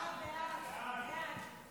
סעיפים 1 3 נתקבלו.